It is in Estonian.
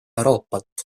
euroopat